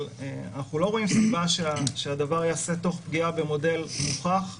אבל אנחנו לא רואים סיבה שהדבר ייעשה תוך פגיעה במודל מוכח שהצליח,